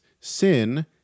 Sin